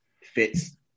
fits